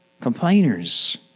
Complainers